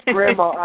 Grandma